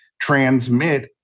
transmit